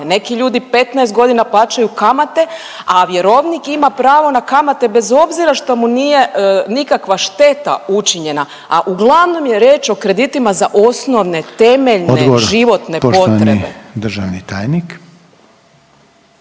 neki ljudi 15.g. plaćaju kamate, a vjerovnik ima pravo na kamate bez obzira što mu nije nikakva šteta učinjena, a uglavnom je riječ o kreditima za osnovne, temeljne životne potrebe.